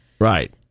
Right